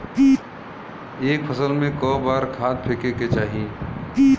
एक फसल में क बार खाद फेके के चाही?